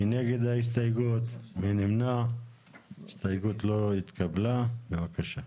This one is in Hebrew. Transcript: הצבעה לא אושרה ההסתייגות לא התקבלה, בבקשה.